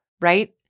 right